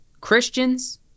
Christians